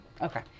Okay